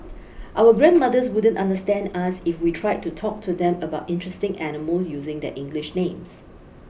our grandmothers wouldn't understand us if we tried to talk to them about interesting animals using their English names